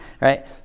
right